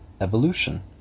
evolution